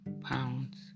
pounds